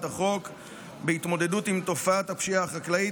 החוק בהתמודדות עם תופעת הפשיעה החקלאית,